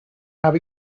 have